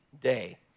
day